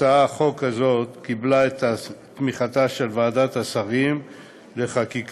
הצעת החוק הזאת קיבלה את תמיכתה של ועדת השרים לחקיקה,